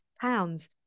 pounds